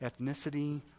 ethnicity